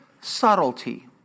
subtlety